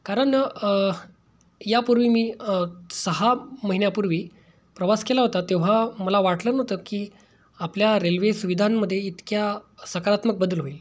कारण ह्यापूर्वी मी सहा महिन्यापूर्वी प्रवास केला होता तेव्हा मला वाटलं नव्हतं की आपल्या रेल्वे सुविधांमध्ये इतक्या सकारात्मक बदल होईल